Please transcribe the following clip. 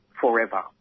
forever